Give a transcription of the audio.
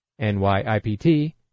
nyipt